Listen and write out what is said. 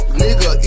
nigga